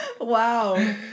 Wow